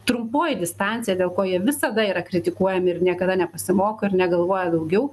trumpoji distancija dėl ko jie visada yra kritikuojami ir niekada nepasimoko ir negalvoja daugiau